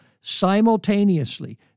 simultaneously